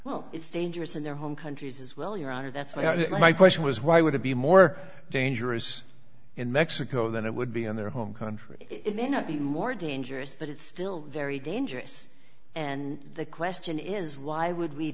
well it's dangerous in their home countries as well your honor that's what i think my question was why would it be more dangerous in mexico than it would be in their home country it may not be more dangerous but it's still very dangerous and the question is why would we